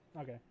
Okay